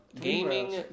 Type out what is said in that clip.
gaming